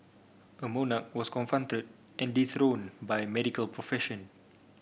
a monarch was confronted and dethroned by medical profession